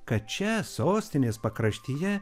kad čia sostinės pakraštyje